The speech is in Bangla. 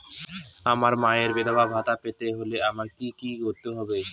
আমার মায়ের বিধবা ভাতা পেতে হলে আমায় কি কি করতে হবে?